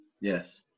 Yes